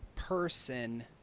person